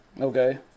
Okay